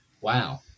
wow